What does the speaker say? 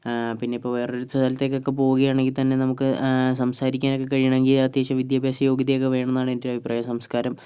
പിന്നെ ഇപ്പൊൾ വേറൊരു സ്ഥലത്തേക്കൊക്കെ പോവുകയാണെങ്കിൽ തന്നെ നമുക്ക് സംസാരിക്കാനോക്കെ കഴിയണമെങ്കിൽ അത്യാവശ്യം വിദ്യാഭ്യാസ യോഗ്യത ഒക്കെ വേണന്നാണ് എൻറെ ഒരു അഭിപ്രായം സംസ്കാരം